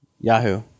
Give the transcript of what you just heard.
Yahoo